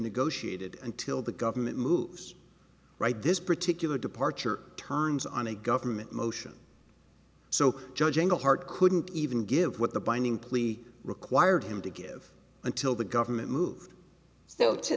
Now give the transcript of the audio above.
negotiated until the government moves right this particular departure turns on a government motion so judging the heart couldn't even give what the binding plea required him to give until the government moved so to